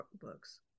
books